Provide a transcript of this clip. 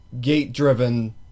gate-driven